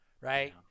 right